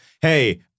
Hey